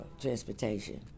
transportation